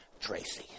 Tracy